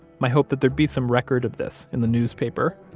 my hope that there'd be some record of this in the newspaper.